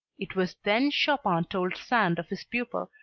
it was then chopin told sand of his pupil,